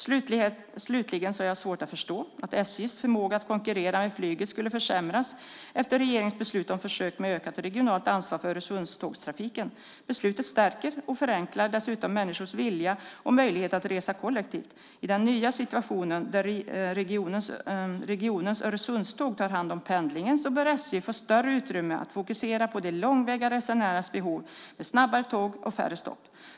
Slutligen har jag svårt att förstå att SJ:s förmåga att konkurrera med flyget skulle försämras efter regeringens beslut om försök med ökat regionalt ansvar för Öresundstågstrafiken. Beslutet stärker och förenklar dessutom människors vilja och möjlighet att resa kollektivt. I den nya situationen där regionens Öresundståg tar hand om pendlingen bör SJ få större utrymme att fokusera på de långväga resenärernas behov med snabbare tåg och färre stopp.